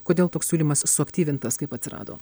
kodėl toks siūlymas suaktyvintas kaip atsirado